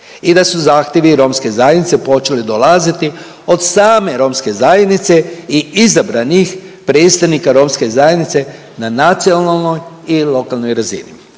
i da su zahtjevi romske zajednice počeli dolaziti od same romske zajednice i izabranih predstavnika romske zajednice na nacionalnoj i lokalnoj razini.